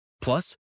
Plus